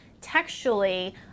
textually